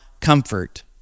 comfort